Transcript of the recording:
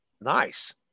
nice